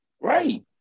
Right